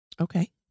Okay